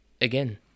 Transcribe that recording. again